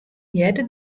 hearde